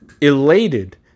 elated